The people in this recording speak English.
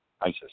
ISIS